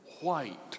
white